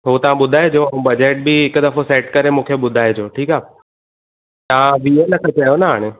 पोइ तव्हां बुधाइजो बजेट बि हिकु दफ़ो सेट करे मूंखे बुधाइजो ठीकु आहे तव्हां वीह लख चयो न हाणे